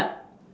but